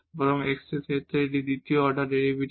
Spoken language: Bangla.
বরং x এর ক্ষেত্রে এটি দ্বিতীয় অর্ডার ডেরিভেটিভ